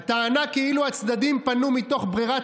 הטענה כאילו הצדדים פנו מתוך ברירת